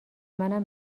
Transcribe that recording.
منم